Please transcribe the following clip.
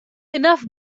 enough